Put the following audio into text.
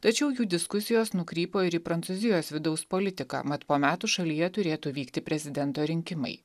tačiau jų diskusijos nukrypo ir į prancūzijos vidaus politiką mat po metų šalyje turėtų vykti prezidento rinkimai